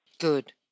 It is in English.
Good